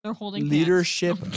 leadership